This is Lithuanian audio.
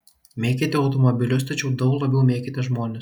mėkite automobilius tačiau daug labiau mėkite žmones